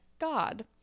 God